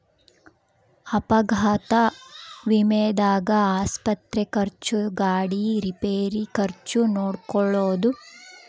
ಅಪಘಾತ ವಿಮೆದಾಗ ಆಸ್ಪತ್ರೆ ಖರ್ಚು ಗಾಡಿ ರಿಪೇರಿ ಖರ್ಚು ನೋಡ್ಕೊಳೊದು